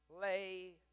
lay